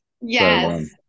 Yes